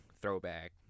throwback